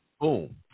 Boom